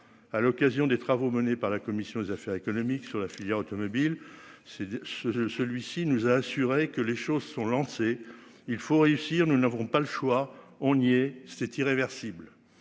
à l'occasion des travaux menés par la commission des affaires économiques sur la filière automobile c'est ce celui-ci nous a assuré que les choses sont lancés, il faut réussir, nous n'avons pas le choix, on lui et c'est irréversible.